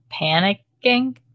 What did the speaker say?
panicking